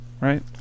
right